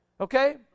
Okay